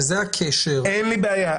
וזה הקשר -- אין לי בעיה.